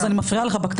אז אני מפריעה לך בקטנה.